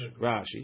Rashi